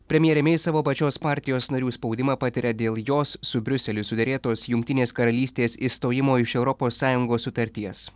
premjerė mei savo pačios partijos narių spaudimą patiria dėl jos su briuseliu suderėtos jungtinės karalystės išstojimo iš europos sąjungos sutarties